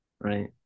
right